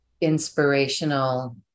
inspirational